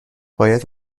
باید